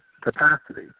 capacity